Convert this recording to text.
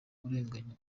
urenganya